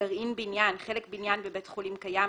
"גרעין בניין" חלק בניין בבית חולים קיים,